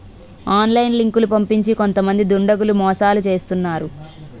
online లింకులు పంపించి కొంతమంది దుండగులు మోసాలు చేస్తున్నారు